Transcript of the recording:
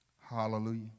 Hallelujah